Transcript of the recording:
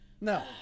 No